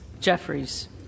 Jeffries